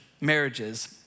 marriages